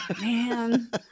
Man